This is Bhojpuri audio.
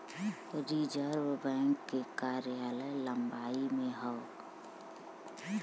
रिज़र्व बैंक के कार्यालय बम्बई में हौ